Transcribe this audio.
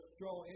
draw